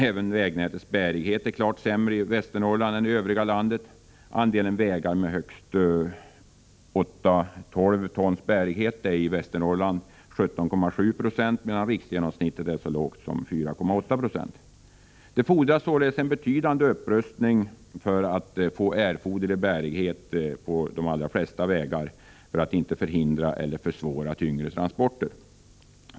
Även vägnätets bärighet är klart sämre i Västernorrland än i övriga landet. Andelen vägar med högst 8/12 tons bärighet är i Västernorrland 17,7 90, medan riksgenomsnittet är så lågt som 4,8 90. Det krävs alltså en betydande upprustning för att få erforderlig bärighet på de allra flesta vägar så att tyngre transporter inte förhindras eller försvåras.